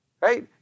right